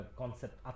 concept